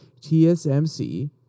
TSMC